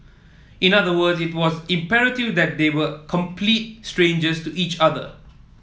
in other words it was imperative that they were complete strangers to each other